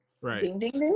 Right